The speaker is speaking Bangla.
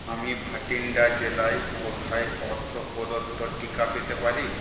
আমি ভাটিন্ডা জেলায় কোথায় অর্থ প্রদত্ত টিকা পেতে পারি